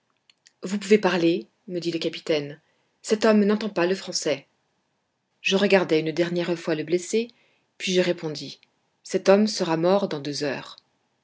vous pouvez parler me dit le capitaine cet homme n'entend pas le français je regardai une dernière fois le blessé puis je répondis cet homme sera mort dans deux heures